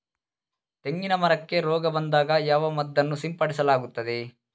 ತೆಂಗಿನ ಮರಕ್ಕೆ ರೋಗ ಬಂದಾಗ ಯಾವ ಮದ್ದನ್ನು ಸಿಂಪಡಿಸಲಾಗುತ್ತದೆ?